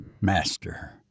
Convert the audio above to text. master